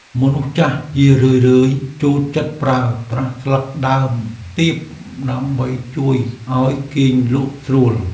មនុស្សចាស់ជារឿយៗចូលចិត្តប្រើប្រាស់ស្លឹកដើមទៀបដើម្បីជួយឱ្យគេងលក់ស្រួល។